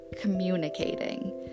communicating